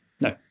no